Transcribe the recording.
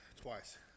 twice